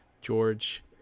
George